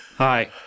Hi